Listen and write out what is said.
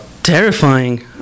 Terrifying